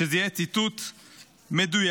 שזה יהיה ציטוט מדויק: